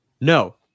No